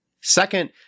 Second